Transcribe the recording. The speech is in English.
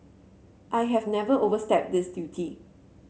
I have never overstepped this duty